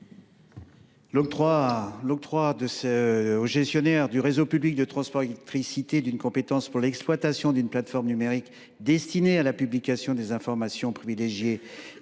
L’octroi au gestionnaire du réseau public de transport d’électricité d’une compétence pour l’exploitation d’une plateforme numérique destinée à la publication des informations privilégiées